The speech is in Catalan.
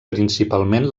principalment